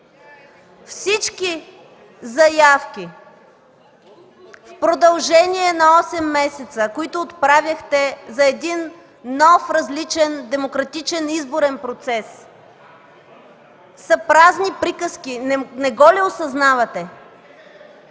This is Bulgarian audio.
Всички заявки в продължение на осем месеца, които отправяхте за един нов, различен демократичен изборен процес, са празни приказки. Не го ли осъзнавате?!